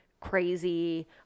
crazy